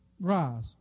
rise